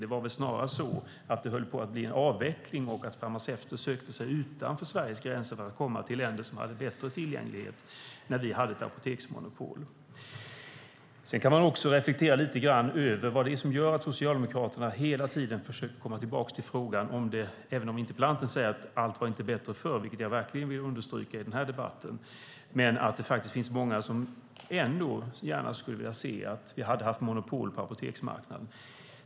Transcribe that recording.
När vi hade ett apoteksmonopol höll det snarast på att bli en avveckling och farmaceuter sökte sig utanför Sveriges gränser, till länder som hade bättre tillgänglighet. Man kan även lite grann reflektera över vad det är som gör att Socialdemokraterna hela tiden försöker komma tillbaka till frågan om monopol. Även om interpellanten säger att allt inte var bättre förr, vilket jag verkligen vill understryka i den här debatten, finns det många som gärna skulle vilja se att vi hade monopol på apoteksmarknaden.